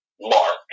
mark